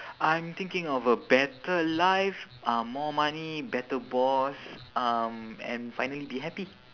I'm thinking of a better life uh more money better boss um and finally be happy